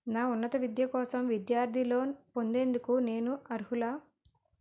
నా ఉన్నత విద్య కోసం విద్యార్థి లోన్ పొందేందుకు నేను అర్హులా?